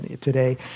today